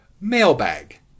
mailbag